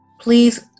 please